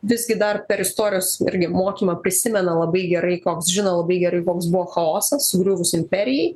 visgi dar per istorijos irgi mokymą prisimena labai gerai koks žino labai gerai koks buvo chaosas sugriuvus imperijai